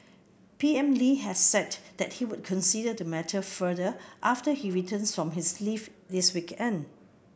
P M Lee has said that he would consider the matter further after he returns from his leave this weekend